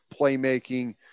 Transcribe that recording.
playmaking